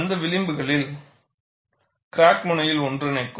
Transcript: அங்கு விளிம்புகள் கிராக் முனையில் ஒன்றிணைக்கும்